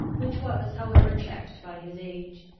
which was however checked by his age,